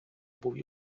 був